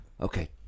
okay